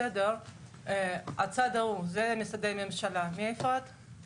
הסבר קצר על הנעשה בפרק הזה.